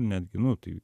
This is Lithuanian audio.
netgi nu tai